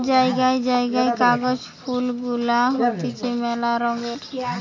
জায়গায় জায়গায় কাগজ ফুল গুলা হতিছে মেলা রঙের